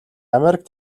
америк